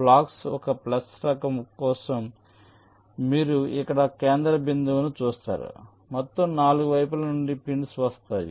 blocks ఒక plus రకం కోసం మీరు ఇక్కడ కేంద్ర బిందువును చూస్తారు మొత్తం 4 వైపుల నుండి పిన్స్ వస్తాయి